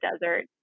desert